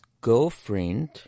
girlfriend